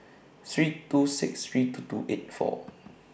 three two six three two two eight four